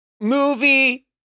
movie